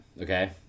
Okay